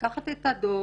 לקחת את הדוח,